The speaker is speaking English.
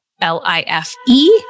L-I-F-E